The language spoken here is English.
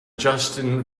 justin